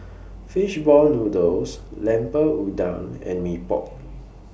Fish Ball Noodles Lemper Udang and Mee Pok